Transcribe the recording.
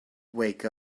wake